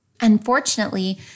Unfortunately